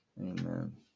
Amen